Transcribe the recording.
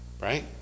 Right